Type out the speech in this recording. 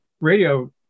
radio